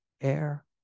air